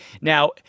Now